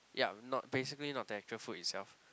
ya not basically not the actual fruit itself